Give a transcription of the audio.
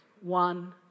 one